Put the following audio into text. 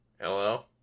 Hello